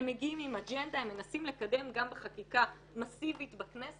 הם מגיעים עם אג'נדה שהם מנסים לקדם גם בחקיקה מסיבית בכנסת,